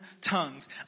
tongues